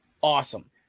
Awesome